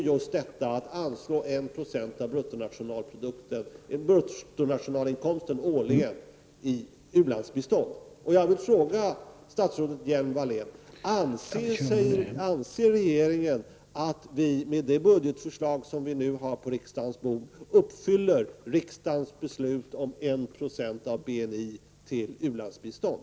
Och vårt viktigaste åtagande i förhållande till u-världen är väl just att anslå 196 av bruttonationalinkomsten årligen till u-landsbistånd.